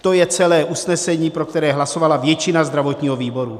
To je celé usnesení, pro které hlasovala většina zdravotního výboru.